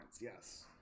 Yes